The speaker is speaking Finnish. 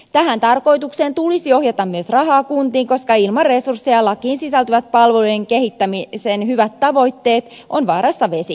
tähän tarkoitukseen tulisi ohjata myös rahaa kuntiin koska ilman resursseja lakiin sisältyvät palvelujen kehittämisen hyvät tavoitteet ovat vaarassa vesittyä